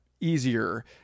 easier